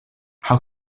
how